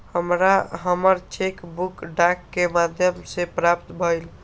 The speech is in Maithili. हमरा हमर चेक बुक डाक के माध्यम से प्राप्त भईल